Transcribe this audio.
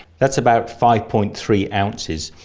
that's about five point three ounces.